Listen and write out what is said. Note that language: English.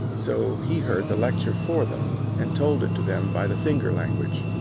so he heard the lecture for them and told it to them by the finger language.